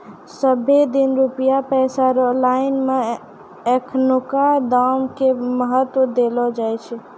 सबहे दिन रुपया पैसा रो लाइन मे एखनुका दाम के महत्व देलो जाय छै